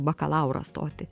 bakalaurą stoti